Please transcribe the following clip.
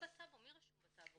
מי רשום בטאבו?